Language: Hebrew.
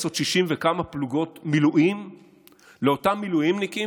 עוד 60 וכמה פלוגות מילואים לאותם מילואימניקים,